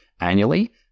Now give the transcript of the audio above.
annually